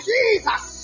Jesus